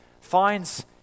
finds